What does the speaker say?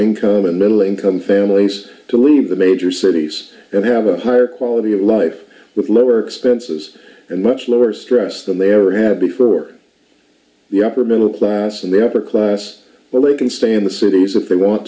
income and middle income families to leave the major cities that have a higher quality of life with lower expenses and much lower stress than they ever had before the upper middle class and the upper class well they can stand the cities if they want